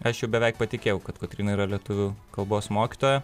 aš jau beveik patikėjau kad kotryna yra lietuvių kalbos mokytoja